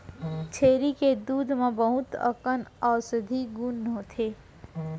छेरी के दूद म बहुत अकन औसधी गुन होथे